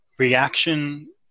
Reaction